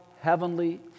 heavenly